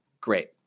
Great